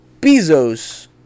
Bezos